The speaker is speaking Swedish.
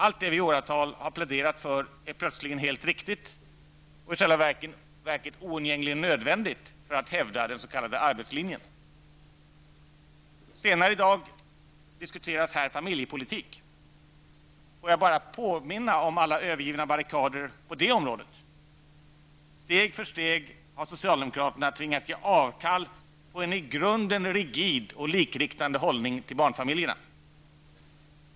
Allt det vi i åratal har pläderat för är plötsligt helt riktigt och i själva verket oundgängligen nödvändigt för att hävda den s.k. arbetslinjen. Senare i dag diskuteras här familjepolitik. Låt mig bara påminna om alla övergivna barrikader på det området. Steg för steg har socialdemokraterna tvingats ge avkall på en i grunden rigid och likriktande hållning till barnfamiljerna.